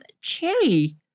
cherry